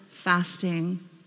fasting